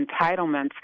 entitlements